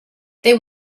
they